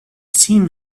seemed